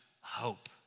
hope